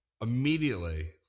Immediately